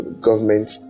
government